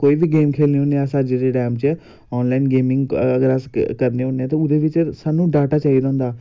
मैं इयै चाह्न्नां में बी खेलना कोई चक्कर मैं बी बॉल्ली बॉल खेलना होन्नां गेम मिगी बी बड़ा मज़ा आंदा जेल्ले मैं खेलना होन्नां